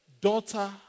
daughter